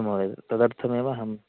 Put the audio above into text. महोदय तदर्थमेव अहं